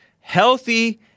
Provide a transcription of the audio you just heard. Healthy